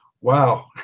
Wow